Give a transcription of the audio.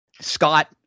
Scott